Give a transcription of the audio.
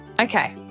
Okay